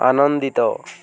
ଆନନ୍ଦିତ